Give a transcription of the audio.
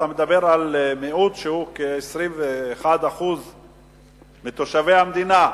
אתה מדבר על מיעוט שהוא כ-21% מתושבי המדינה,